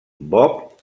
bob